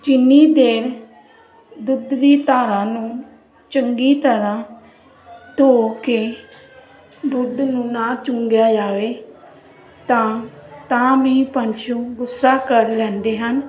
ਜਿੰਨੀ ਦੇਰ ਦੁੱਧ ਦੀ ਧਾਰਾਂ ਨੂੰ ਚੰਗੀ ਤਰ੍ਹਾਂ ਧੋ ਕੇ ਦੁੱਧ ਨੂੰ ਨਾ ਚੁੰਗਿਆ ਜਾਵੇ ਤਾਂ ਤਾਂ ਵੀ ਪਸ਼ੂ ਗੁੱਸਾ ਕਰ ਲੈਂਦੇ ਹਨ